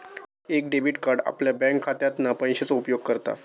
एक debit card आपल्या बँकखात्यातना पैशाचो उपयोग करता